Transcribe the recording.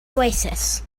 oasis